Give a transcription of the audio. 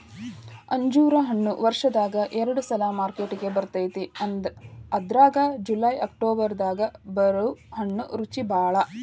ಅಂಜೂರ ಹಣ್ಣು ವರ್ಷದಾಗ ಎರಡ ಸಲಾ ಮಾರ್ಕೆಟಿಗೆ ಬರ್ತೈತಿ ಅದ್ರಾಗ ಜುಲೈ ಅಕ್ಟೋಬರ್ ದಾಗ ಬರು ಹಣ್ಣು ರುಚಿಬಾಳ